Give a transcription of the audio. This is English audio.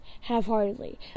half-heartedly